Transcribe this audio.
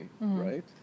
right